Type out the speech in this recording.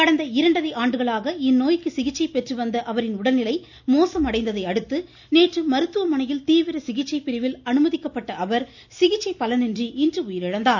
கடந்த இரண்டரை ஆண்டுகளாகஇந்நோய்க்கு சிகிச்சை பெற்று வந்த அவரின் உடல்நிலை மோசமடைந்ததை அடுத்து நேற்று மருத்துவமனையில் தீவிர சிகிச்சை பிரிவில் அனுமதிக்கப்பட்ட அவர் சிகிச்சை பலனின்றி இன்று உயிரிழந்தார்